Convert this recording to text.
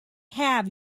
have